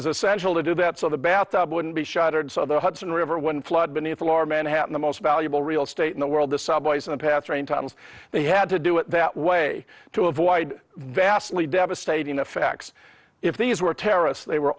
essential to do that so the bathtub wouldn't be shuttered so the hudson river when flood beneath alarm manhattan the most valuable real estate in the world the subways and path train times they had to do it that way to avoid vastly devastating effects if these were terrorists they were